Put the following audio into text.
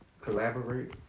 collaborate